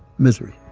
misery